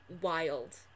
wild